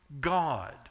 God